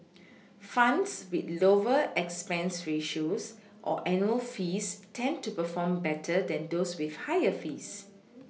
funds with lower expense ratios or annual fees tend to perform better than those with higher fees